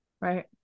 Right